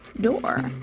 door